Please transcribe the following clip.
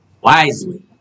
wisely